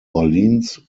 orleans